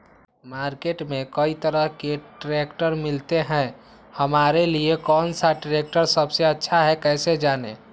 Market में कई तरह के ट्रैक्टर मिलते हैं हमारे लिए कौन सा ट्रैक्टर सबसे अच्छा है कैसे जाने?